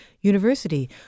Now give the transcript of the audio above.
University